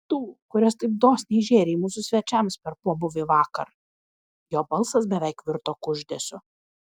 tų kurias taip dosniai žėrei mūsų svečiams per pobūvį vakar jo balsas beveik virto kuždesiu